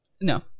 No